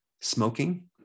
smoking